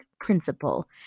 Principle